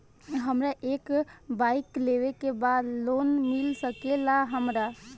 हमरा एक बाइक लेवे के बा लोन मिल सकेला हमरा?